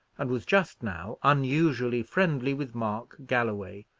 and was just now unusually friendly with mark galloway,